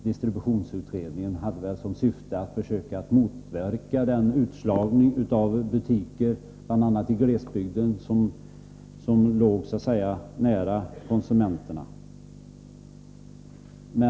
Distributionsutredningen på 1970-talet hade däremot som syfte att motverka den utslagning av butiker, bl.a. i glesbygd, som så att säga låg nära konsumenterna.